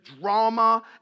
drama